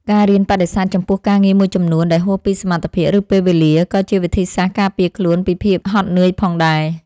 ការរៀនបដិសេធចំពោះការងារមួយចំនួនដែលហួសពីសមត្ថភាព ឬពេលវេលា ក៏ជាវិធីសាស្ត្រការពារខ្លួនពីភាពហត់នឿយផងដែរ។